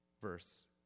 Verse